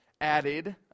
added